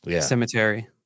cemetery